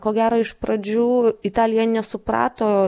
ko gero iš pradžių italija nesuprato